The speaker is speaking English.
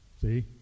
See